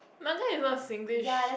manga is not Singlish